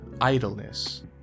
idleness